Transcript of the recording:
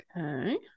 Okay